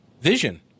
vision